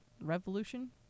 revolution